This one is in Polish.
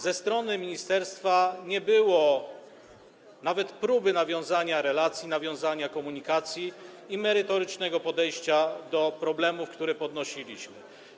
Ze strony ministerstwa nie było nawet próby nawiązania relacji, nawiązania komunikacji i merytorycznego podejścia do problemów, które podnosiliśmy.